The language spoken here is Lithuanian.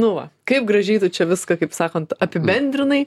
nu va kaip gražiai tu čia viską kaip sakant apibendrinai